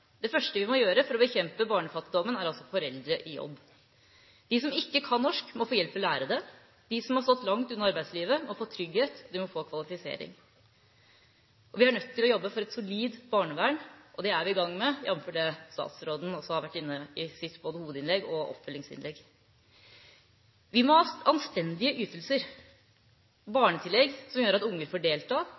Det første vi må gjøre for å bekjempe barnefattigdommen, er altså å få foreldrene i jobb. De som ikke kan norsk, må få hjelp til å lære det. De som har stått langt unna arbeidslivet, må få trygghet og kvalifisering. Vi er nødt til å jobbe for et solid barnevern, og det er vi i gang med, jf. det statsråden også har vært inne på både i sitt hovedinnlegg og oppfølgingsinnlegg. Vi må ha anstendige ytelser, barnetillegg som gjør at unger får delta,